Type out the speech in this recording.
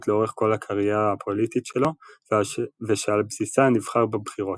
לאורך כל הקריירה הפוליטית שלו ושעל בסיסה נבחר בבחירות,